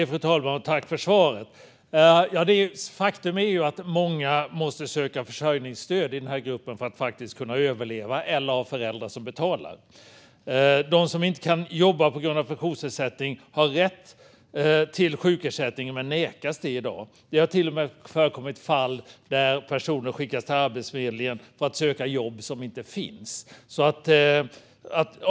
Fru talman! Tack, statsrådet, för svaret! Ja, faktum är ju att många i den här gruppen måste söka försörjningsstöd för att kunna överleva - eller ha föräldrar som betalar. De som inte kan jobba på grund av funktionsnedsättning har rätt till sjukersättning men nekas det i dag. Det har till och med förekommit fall där personer skickats till Arbetsförmedlingen för att söka jobb som inte finns.